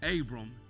Abram